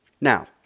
Now